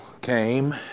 came